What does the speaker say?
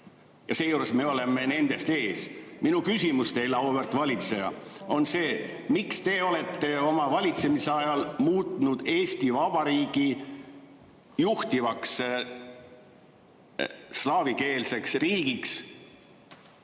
Ja seejuures me oleme nendest ees. Minu küsimus teile, auväärt valitseja, on see: miks te olete oma valitsemisajal muutnud Eesti Vabariigi juhtivaks slaavikeelseks riigiks?